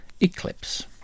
Eclipse